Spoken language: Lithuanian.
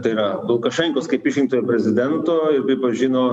tai yra lukašenkos kaip išrinktojo prezidento ir pripažino